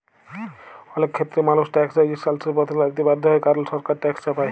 অলেক খ্যেত্রেই মালুস ট্যাকস রেজিসট্যালসের পথে লাইমতে বাধ্য হ্যয় কারল সরকার ট্যাকস চাপায়